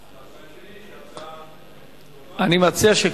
; 2. שההצעה תועבר,